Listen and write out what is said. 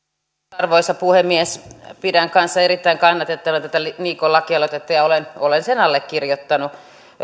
arvoisa puhemies pidän kanssa erittäin kannatettavana tätä niikon lakialoitetta ja olen olen sen allekirjoittanut